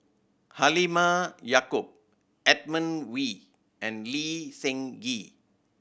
Halimah Yacob Edmund Wee and Lee Seng Gee